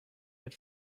had